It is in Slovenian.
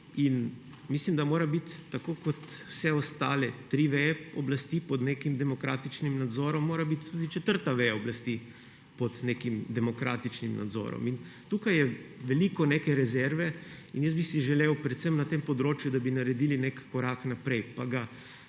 In mislim, da mora biti, tako kot so vse ostale tri veje oblasti pod nekim demokratičnim nadzorom, mora biti tudi četrta veja oblasti pod nekim demokratičnim nadzorom. Tukaj je veliko neke rezerve. In jaz bi si želel predvsem, da bi na tem področju naredili nek korak naprej, pa ga